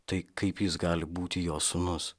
tai kaip jis gali būti jo sūnus